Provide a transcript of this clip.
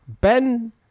Ben